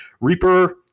Reaper